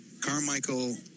Carmichael